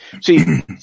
See